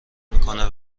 میکنه